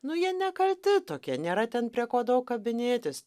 nu jie nekalti tokie nėra ten prie ko daug kabinėtis